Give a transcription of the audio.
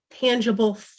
tangible